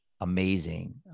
amazing